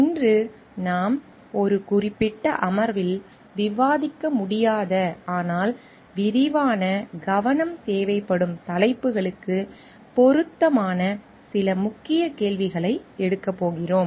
இன்று நாம் ஒரு குறிப்பிட்ட அமர்வில் விவாதிக்க முடியாத ஆனால் விரிவான கவனம் தேவைப்படும் தலைப்புகளுக்குப் பொருத்தமான சில முக்கிய கேள்விகளை எடுக்கப் போகிறோம்